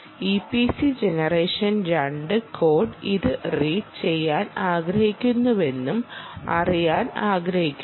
EPC generation 2 code ഇത് read ചെയ്യാൻ ആഗ്രഹിക്കുന്നുവെന്നും അറിയാൻ ആഗ്രഹിക്കുന്നു